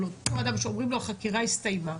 אבל כל אדם שאומרים לו שהחקירה הסתיימה,